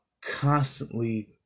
constantly